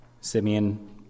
Simeon